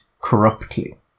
corruptly